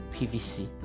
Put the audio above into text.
PVC